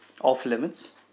off-limits